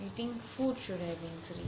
you think food should have been free